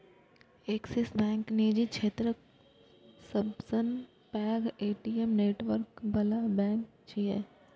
Axis bank निजी क्षेत्रक सबसं पैघ ए.टी.एम नेटवर्क बला बैंक छियै